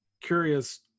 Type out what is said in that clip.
curious